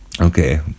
okay